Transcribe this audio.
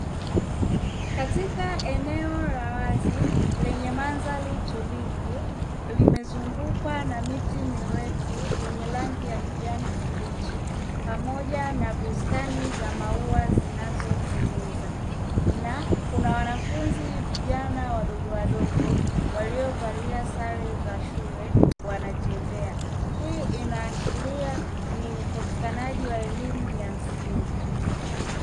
Katika eneo la wazi lenye mandhari tulivu limezungukwa na miti mirefu yenye rangi ya kijani kibichi pamoja na bustani za maua zinazopendeza, na kuna wanafunzi vijana wadogowadogo waliyovalia sare za shule wanatembea. Hii inaashiria ni upatikanaji wa elimu ya msingi.